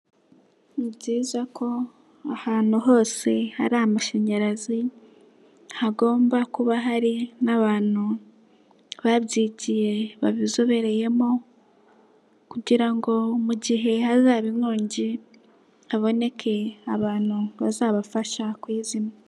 Ni byiza ko ahantu hose hari amashanyarazi hagomba kuba hari n'abantu babyigiye babizobereyemo kugira ngo mu gihe hazaba inkongi haboneke abantu bazabafasha kuyizimya.